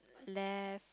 left